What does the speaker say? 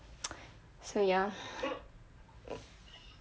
so ya